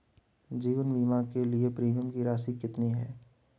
जीवन बीमा के लिए प्रीमियम की राशि कितनी है?